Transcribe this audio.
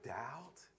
doubt